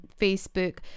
Facebook